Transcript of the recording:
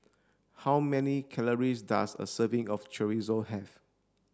how many calories does a serving of Chorizo have